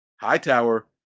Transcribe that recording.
Hightower